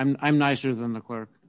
me i'm nicer than the clerk